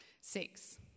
six